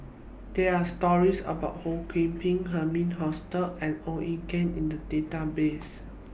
There Are stories about Ho Kwon Ping Herman Hochstadt and Ong Ye Kung in The Database